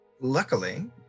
luckily